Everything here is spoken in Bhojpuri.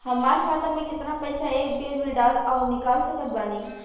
हमार खाता मे केतना पईसा एक बेर मे डाल आऊर निकाल सकत बानी?